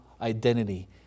identity